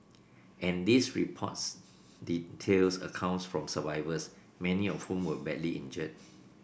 and this reports details accounts from survivors many of whom were badly injured